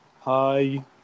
hi